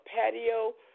patio